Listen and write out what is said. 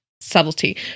subtlety